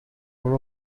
one